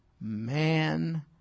man